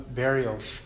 burials